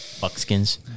buckskins